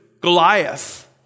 Goliath